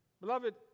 Beloved